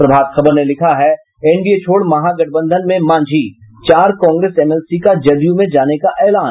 प्रभात खबर ने लिखा है एनडीए छोड़ महागठबंधन में मांझी चार कांग्रेस एमएलसी का जदयू में जाने का एलान